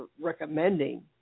recommending